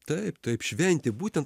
taip taip šventė būtent